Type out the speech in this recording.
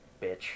Bitch